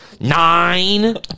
nine